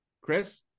Chris